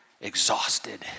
exhausted